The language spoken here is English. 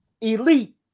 elite